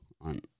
on